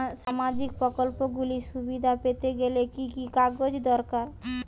সামাজীক প্রকল্পগুলি সুবিধা পেতে গেলে কি কি কাগজ দরকার?